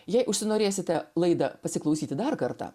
jei užsinorėsite laidą pasiklausyti dar kartą